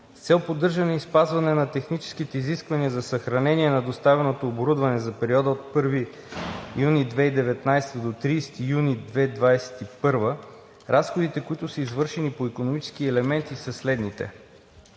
С цел поддържане и спазване на техническите изисквания за съхранение на доставеното оборудване за периода от 1 юни 2019 г. до 30 юни 2021 г. разходите, които са извършени по икономически елементи, са следните: